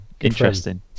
Interesting